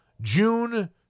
June